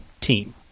team